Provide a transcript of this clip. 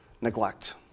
neglect